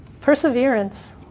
Perseverance